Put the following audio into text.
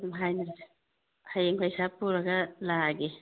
ꯑꯗꯨꯝ ꯍꯥꯏꯅꯔꯁꯤ ꯍꯌꯦꯡ ꯄꯩꯁꯥ ꯄꯨꯔꯒ ꯂꯥꯛꯑꯒꯦ